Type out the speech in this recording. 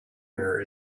mirror